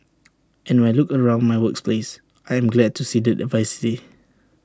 and when look around my works place I am glad to see that diversity